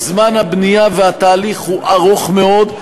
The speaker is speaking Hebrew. כי זמן הבנייה והתהליך ארוכים מאוד.